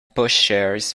pushchairs